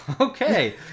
okay